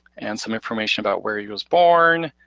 and some information about where he was born,